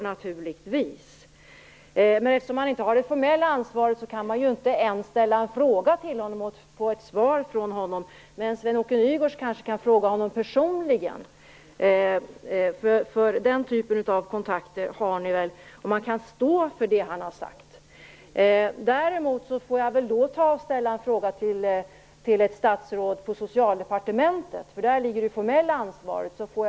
Eftersom Anders Sundström inte har det formella ansvaret kan man inte ens ställa en fråga till honom och få ett svar. Men Sven-Åke Nygårds kan kanske fråga honom personligen - den typen av kontakter har ni väl - om han kan stå för det som han har sagt. Jag får väl ställa en fråga till ett statsråd på Socialdepartementet, eftersom det formella ansvaret ligger där.